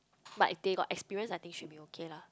but if they got experience I think should be okay lah